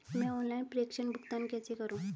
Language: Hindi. मैं ऑनलाइन प्रेषण भुगतान कैसे करूँ?